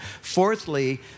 Fourthly